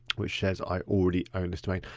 which says i already own this domain.